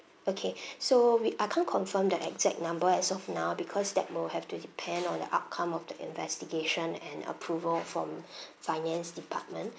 okay so we I can't confirm the exact number as of now because that will have to depend on the outcome of the investigation and approval from finance department